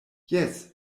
jes